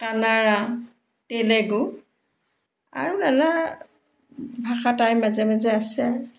কানাড়া তেলেগু আৰু নানা ভাষা তাৰ মাজে মাজে আছে